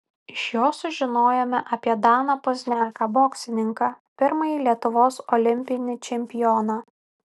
iš jo sužinojome apie daną pozniaką boksininką pirmąjį lietuvos olimpinį čempioną